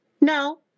no